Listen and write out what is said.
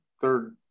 third